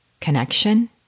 connection